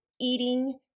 eating